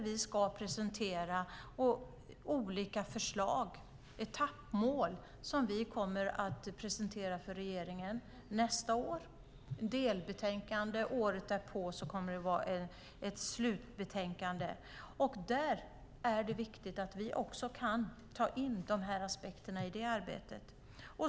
Vi ska presentera olika förslag, etappmål, för regeringen nästa år. Ett delbetänkande kommer att presenteras och året därpå ett slutbetänkande. Det är viktigt att vi kan ta in dessa aspekter i detta arbete.